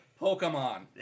Pokemon